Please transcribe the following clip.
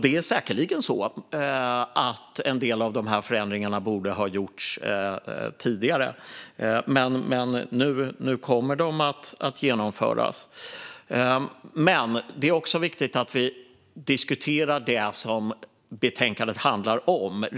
Det är säkerligen så att en del av förändringarna borde ha gjorts tidigare, men nu kommer de att genomföras. Men det är också viktigt att vi diskuterar det som betänkandet handlar om.